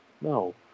No